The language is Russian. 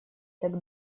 так